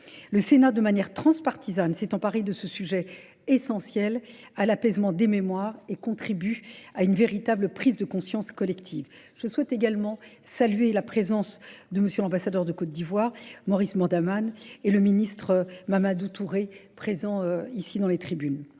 Le Sénat, de manière transpartisane, s'est emparé de ce sujet essentiel à l'apaisement des mémoires et contribue à une véritable prise de conscience collective. Je souhaite également saluer la présence de M. l'ambassadeur de Côte d'Ivoire, Maurice Mandaman, et le ministre Mamadou Touré, présent ici dans les tribunes.